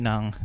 ng